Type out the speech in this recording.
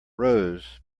rose